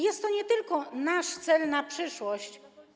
Jest to nie tylko nasz cel na przyszłość.